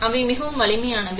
எனவே அவை மிகவும் வலிமையானவை